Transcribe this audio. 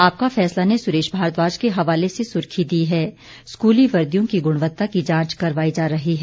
आपका फैसला ने सुरेश भारद्वाज के हवाले से सुर्खी दी है स्कूली वर्दियों की गुणवत्ता की जांच करवाई जा रही है